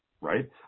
Right